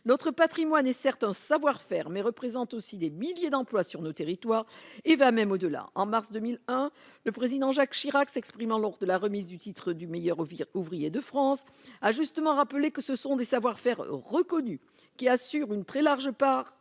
notre Patrimoine et certain savoir-faire, mais représente aussi des milliers d'emplois sur nos territoires et va même au-delà en mars 2001 le président Jacques Chirac, s'exprimant lors de la remise du titre du meilleur Oviir ouvrier de France a justement rappelé que ce sont des savoir-faire reconnus qui assure une très large part